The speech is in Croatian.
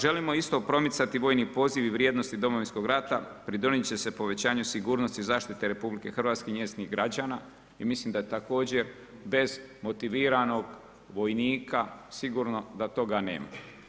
Želimo isto promicati vojni poziv i vrijednosti Domovinskog rata pridonijet će se povećanju sigurnosti i zaštite Republike Hrvatske i njezinih građana i mislim da je također bez motiviranog vojnika sigurno da toga nema.